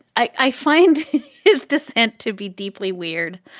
i find his dissent to be deeply weird,